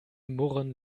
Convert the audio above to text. murren